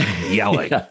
yelling